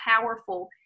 powerful